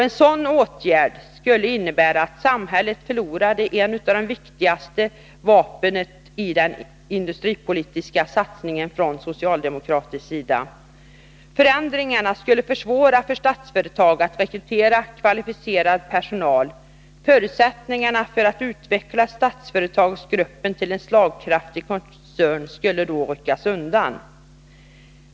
En sådan åtgärd skulle innebära att samhället förlorade ett av de viktigaste vapnen i den industripolitiska satsningen från socialdemokratisk sida. Förändringen skulle försvåra för Statsföretag att rekrytera kvalificerad personal. Förutsättningarna för att utveckla Statsföretagsgruppen till en slagkraftig koncern skulle då ryckas undan.